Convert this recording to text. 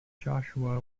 joshua